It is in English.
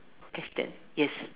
guess that yes